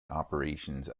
operations